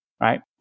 Right